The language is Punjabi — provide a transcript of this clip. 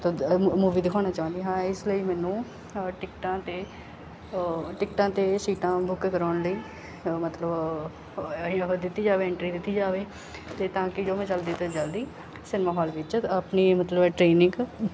ਮੂਵੀ ਦਿਖਾਉਣਾ ਚਾਹੁੰਦੀ ਹਾਂ ਇਸ ਲਈ ਮੈਨੂੰ ਟਿਕਟਾਂ 'ਤੇ ਅਹ ਟਿਕਟਾਂ 'ਤੇ ਸੀਟਾਂ ਬੁੱਕ ਕਰਵਾਉਣ ਲਈ ਅਹ ਮਤਲਬ ਉਹ ਦਿੱਤੀ ਜਾਵੇ ਐਂਟਰੀ ਦਿੱਤੀ ਜਾਵੇ ਅਤੇ ਤਾਂ ਕਿ ਜੋ ਮੈਂ ਜਲਦੀ ਤੋਂ ਜਲਦੀ ਸਿਨੇਮਾ ਹੋਲ ਵਿੱਚ ਆਪਣੀ ਮਤਲਵ ਟ੍ਰੇਨਿੰਗ